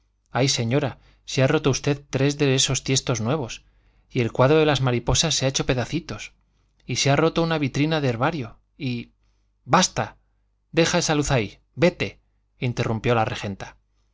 ay señora si ha roto usted tres de esos tiestos nuevos y el cuadro de las mariposas se ha hecho pedacitos y se ha roto una vitrina de herbario y basta deja esa luz ahí vete interrumpió la regenta